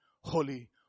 holy